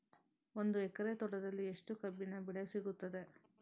ಒಂದು ಎಕರೆ ತೋಟದಲ್ಲಿ ಎಷ್ಟು ಕಬ್ಬಿನ ಬೆಳೆ ಸಿಗುತ್ತದೆ?